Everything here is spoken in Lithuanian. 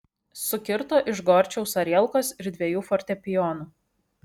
sukirto iš gorčiaus arielkos ir dviejų fortepijonų